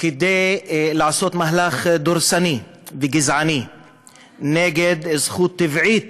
כדי לעשות מהלך דורסני וגזעני נגד זכות טבעית